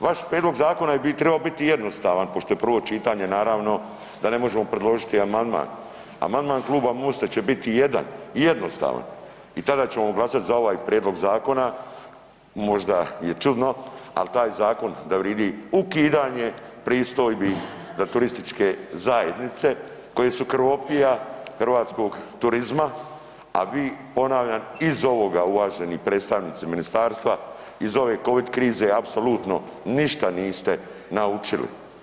Vaš prijedlog zakona bi trebao biti jednostavan pošto je prvo čitanje naravno da ne možemo predložiti amandman, amandman kluba Mosta će biti jedan i jednostavan i tada ćemo glasati za ovaj prijedlog zakona, možda je čudno ali taj zakon da vrijedi ukidanje pristojbi da turističke zajednice koje su krvopija hrvatskog turizma, a vi ponavljam iz ovoga, uvaženi predstavnici ministarstva, iz ove covid krize apsolutno ništa niste naučili.